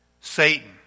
Satan